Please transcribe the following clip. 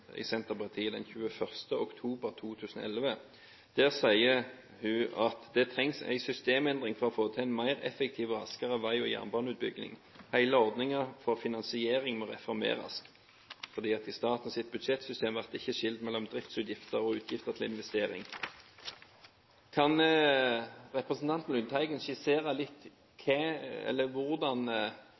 i Senterpartiet den 21. oktober 2011. Der sier hun om utbygging av vei og jernbane at «det trengs ei systemendring for å få til ei enda meir effektiv og raskare utbygging. Heile ordninga for finansiering må reformerast. I staten sitt budsjettsystem vert det ikkje skild mellom driftsutgifter og utgifter til investeringar». Kan representanten Lundteigen skissere litt